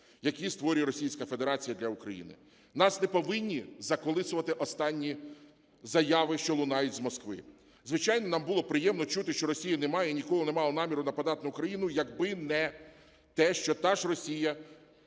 які створює Російська Федерація для України. Нас не повинні заколисувати останні заяви, що лунають з Москви. Звичайно, нам було приємно чути, що Росія не має і ніколи не мала наміру нападати на Україну, якби не те, що та ж Росія